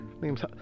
Name's